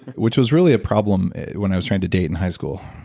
which was really a problem when i was trying to date in high school.